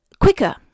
quicker